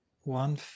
One